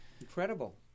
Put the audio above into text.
incredible